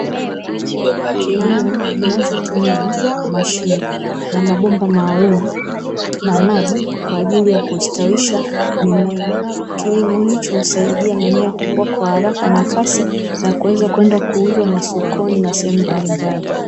Kilimo kinachotumia mashimo na mabomba maalumu ya maji kwa ajili ya kustawisha mimea. Kilimo hicho husaidia mimea kukua kwa haraka na kasi na kuweza kwenda kuuza masokoni na sehemu mbalimbali.